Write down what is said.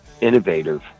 innovative